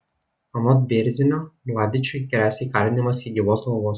anot bėrzinio mladičiui gresia įkalinimas iki gyvos galvos